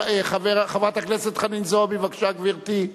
חברת הכנסת חנין זועבי, בבקשה, גברתי.